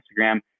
Instagram